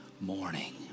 morning